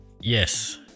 yes